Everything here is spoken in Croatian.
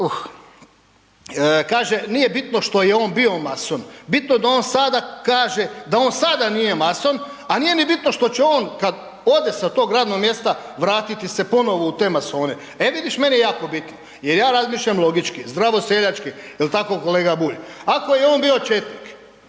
kaže nije bitno što je on bio mason, bitno da on sada kaže da on sada nije mason, a nije ni bitno što će on kad ode sa tog radnog mjesta vratiti se ponovo u te masone. E vidiš, meni je jako bitno jer ja razmišljam logički, zdravo seljački, jel tako kolega Bulj? Ako je on bio četnik,